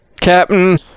Captain